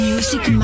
Music